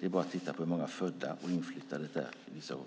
Det är bara att titta på hur många födda och inflyttade det är vissa år.